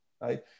right